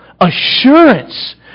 assurance